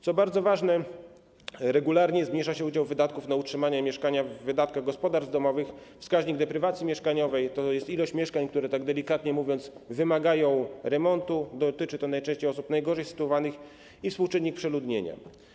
Co bardzo ważne, regularnie zmniejsza się udział wydatków na utrzymanie mieszkania w wydatkach gospodarstw domowych, wskaźnik deprywacji mieszkaniowej, tj. liczba mieszkań, które tak delikatnie mówiąc, wymagają remontu - dotyczy to najczęściej osób najgorzej sytuowanych - i współczynnik przeludnienia.